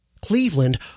Cleveland